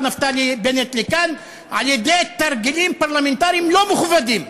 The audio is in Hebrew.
נפתלי בנט לכאן על-ידי תרגילים פרלמנטריים לא מכובדים.